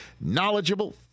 knowledgeable